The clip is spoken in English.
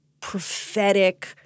prophetic